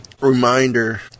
Reminder